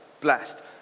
blessed